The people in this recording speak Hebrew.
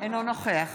אינו נוכח